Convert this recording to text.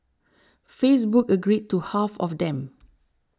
Facebook agreed to half of them